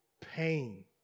pain